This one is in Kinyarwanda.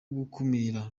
gukumira